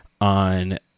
on